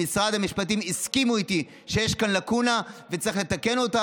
במשרד המשפטים הסכימו איתי שיש כאן לקונה ושצריך לתקן אותה,